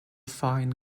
fine